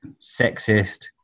sexist